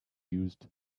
used